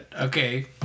Okay